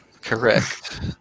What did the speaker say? Correct